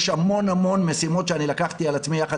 יש המון המון משימות שלקחתי על עצמי יחד